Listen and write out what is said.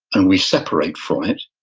and we separate from it,